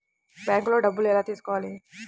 బ్యాంక్లో డబ్బులు ఎలా తీసుకోవాలి?